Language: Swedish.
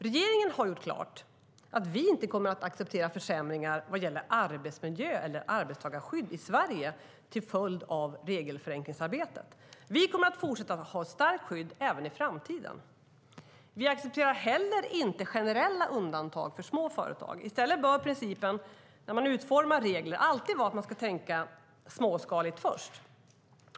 Regeringen har gjort klart att vi inte kommer att acceptera försämringar vad gäller arbetsmiljö eller arbetstagarskydd i Sverige till följd av regelförenklingsarbetet. Vi kommer att fortsätta att ha ett starkt skydd även i framtiden. Vi accepterar heller inte generella undantag för små företag. I stället bör principen när regler utformas vara att alltid tänka småskaligt först.